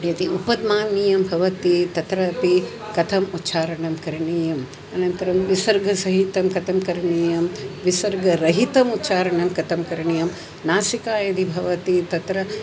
यदि उपध्मानीयं भवति तत्रापि कथम् उच्चारणं करणीयम् अनन्तरं विसर्गसहितं कथं करणीयं विसर्गरहितम् उच्चारणं कथं करणीयं नासिका यदि भवति तत्र